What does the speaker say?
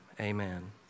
amen